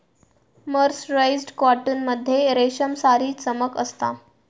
mercerised cotton मध्ये रेशमसारी चमक असता